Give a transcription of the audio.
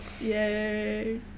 Yay